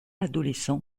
adolescent